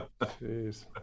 Jeez